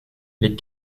les